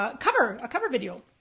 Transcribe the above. ah cover cover video.